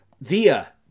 via